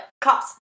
cops